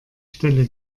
stelle